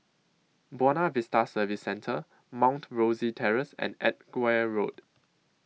Buona Vista Service Centre Mount Rosie Terrace and Edgware Road